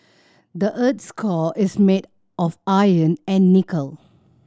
the earth's core is made of iron and nickel